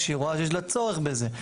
כשהיא רואה שיש לה צורך בזה.